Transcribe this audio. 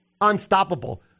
unstoppable